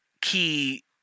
key